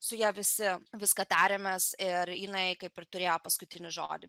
su ja visi viską tariamės ir jinai kaip ir turėjo paskutinį žodį